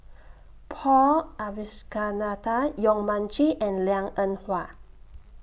Paul Abisheganaden Yong Mun Chee and Liang Eng Hwa